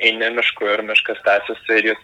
eini mišku ir miškas tęsiasi ir jis